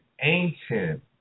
ancient